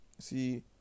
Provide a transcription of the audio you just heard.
See